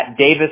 Davis